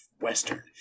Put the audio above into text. Western